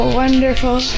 wonderful